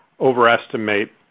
overestimate